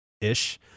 ish